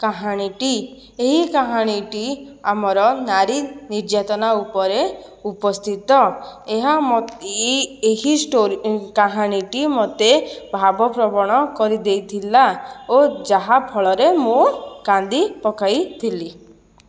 କାହାଣୀଟି ଏହି କହାଣୀଟି ଆମର ନାରୀ ନିର୍ଯାତନା ଉପରେ ଉପସ୍ଥିତ ଏହା ଏହି କାହାଣୀଟି ମୋତେ ଭାବ ପ୍ରବଣ କରିଦେଇଥିଲା ଓ ଯାହା ଫଳରେ ମୁଁ କାନ୍ଦି ପକାଇ ଥିଲି